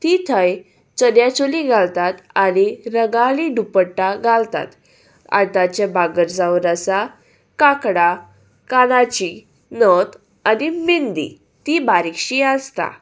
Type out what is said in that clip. ती थंय चन्या चोली घालतात आनी रंगाली दुपट्टा घालतात आताचे भांगर जावन आसा कांकणां कानाची नथ आनी बिंदी ती बारीकशी आसता